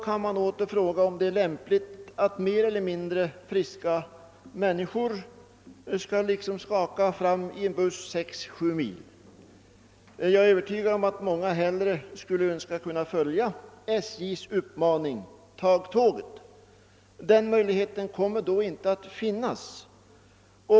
Man kan fråga om det är lämpligt att mer eller mindre sjuka människor skall skaka fram i buss 6—7 mil. Jag är övertygad om att många hell re skulle önska att de kunde följa SJ:s uppmaning »Ta tåget!«, men den möjligheten kommer då inte att finnas.